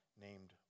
named